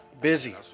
Busy